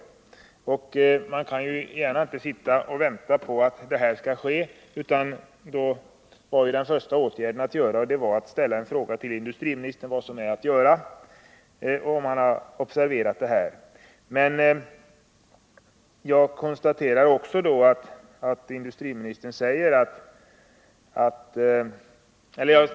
Man kan i ett sådant läge inte gärna bara sitta och vänta på att detta skall ske, utan den första åtgärd som då kunde vidtas var just att ställa en fråga till industriministern, om industriministern observerat detta och om han ville uttala sig om vad som är att göra.